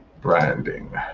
branding